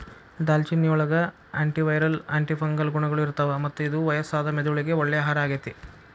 ದಾಲ್ಚಿನ್ನಿಯೊಳಗ antiviral, antifungal ಗುಣಗಳು ಇರ್ತಾವ, ಮತ್ತ ಇದು ವಯಸ್ಸಾದ ಮೆದುಳಿಗೆ ಒಳ್ಳೆ ಆಹಾರ ಆಗೇತಿ